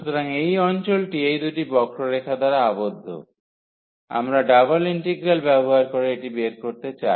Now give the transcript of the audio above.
সুতরাং এই অঞ্চলটি এই দুটি বক্ররেখা দ্বারা আবদ্ধ আমরা ডাবল ইন্টিগ্রাল ব্যবহার করে এটি বের করতে চাই